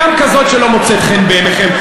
גם כזו שלא מוצאת חן בעיניכם.